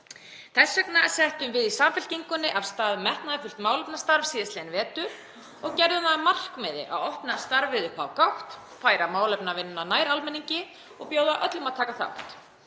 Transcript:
Þess vegna settum við í Samfylkingunni af stað metnaðarfullt málefnastarf síðastliðinn vetur og gerðum það að markmiði að opna starfið upp á gátt, færa málefnavinnuna nær almenningi og bjóða öllum að taka þátt.